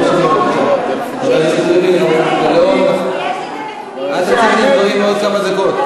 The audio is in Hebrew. את תעלי עוד כמה דקות.